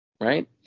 right